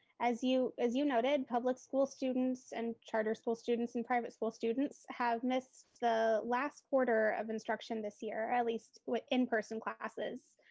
as you as you noted, public school students and charter school students and private school students have missed the last quarter of instruction this year, at least with in-person classes,